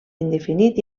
indefinit